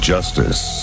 Justice